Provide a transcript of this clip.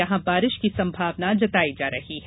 यहां बारिश की संभावना जताई जा रही है